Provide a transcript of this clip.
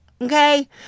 Okay